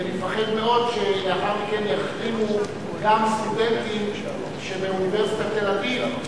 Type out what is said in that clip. כי אני מפחד מאוד שלאחר מכן יחרימו גם סטודנטים שבאוניברסיטת תל-אביב,